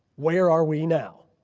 where are we now?